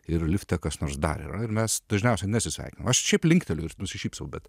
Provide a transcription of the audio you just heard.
ir lifte kas nors dar yra ir mes dažniausiai nesisveikinam aš šiaip linkteliu ir nusišypsau bet